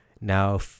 now